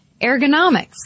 ergonomics